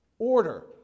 Order